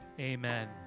Amen